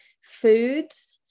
foods